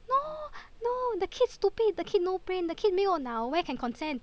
no no the kid stupid the kid no brain the kid 没有脑 where can consent